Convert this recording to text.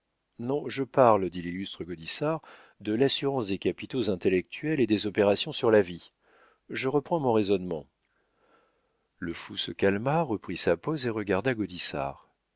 non je parle dit l'illustre gaudissart de l'assurance des capitaux intellectuels et des opérations sur la vie je reprends mon raisonnement le fou se calma reprit sa pose et regarda